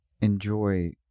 enjoy